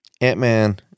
Ant-Man